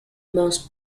most